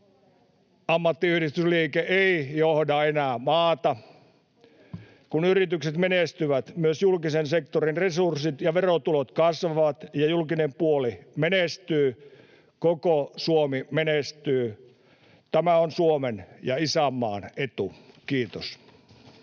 Ammattiyhdistysliike ei johda enää maata. Kun yritykset menestyvät, myös julkisen sektorin resurssit ja verotulot kasvavat ja julkinen puoli menestyy, koko Suomi menestyy. Tämä on Suomen ja isänmaan etu. — Kiitos.